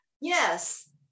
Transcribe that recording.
Yes